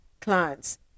clients